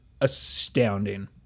astounding